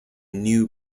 new